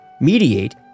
mediate